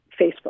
Facebook